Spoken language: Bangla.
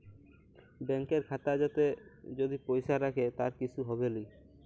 ব্যাংকের খাতা যাতে যদি পয়সা রাখে তার কিসু হবেলি